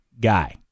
guy